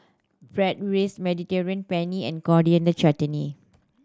Bratwurst Mediterranean Penne and Coriander Chutney